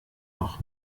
noch